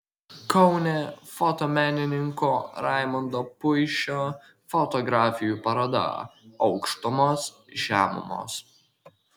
kaune fotomenininko raimondo puišio fotografijų paroda aukštumos žemumos